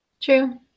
True